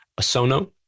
Asono